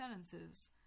sentences